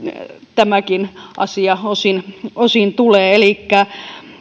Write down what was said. tämäkin asia nyt osin tulee elikkä